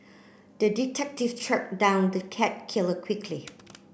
the detective tracked down the cat killer quickly